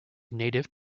native